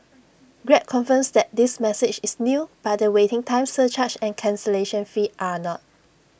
grab confirms that this message is new but the waiting time surcharge and cancellation fee are not